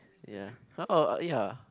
ya oh ya